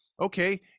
okay